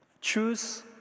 Choose